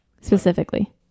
specifically